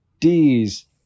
D's